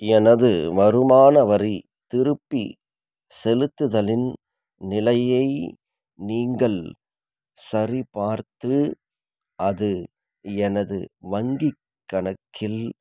எனது வருமான வரி திருப்பிச் செலுத்துதலின் நிலையை நீங்கள் சரிபார்த்து அது எனது வங்கிக் கணக்கில்